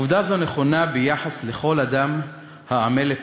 עובדה זו נכונה ביחס לכל אדם העמל לפרנסתו,